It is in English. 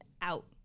out